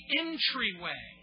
entryway